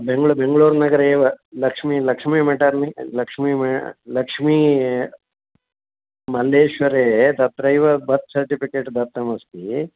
बेङ्ग्ळु बेङ्ग्ळूर् नगरे एव लक्ष्मी लक्ष्मी मेटर्मि लक्ष्मी लक्ष्मी मल्लेश्वरे तत्रैव बर्त् सर्टिफ़िकेट् दत्तमस्ति